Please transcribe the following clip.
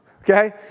Okay